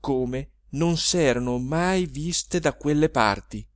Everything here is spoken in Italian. come non s'erano mai viste da quelle parti